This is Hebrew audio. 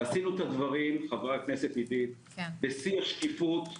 ועשינו את הדברים בשיא השקיפות.